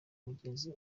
mugezi